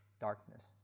darkness